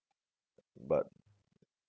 but